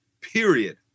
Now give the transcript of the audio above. period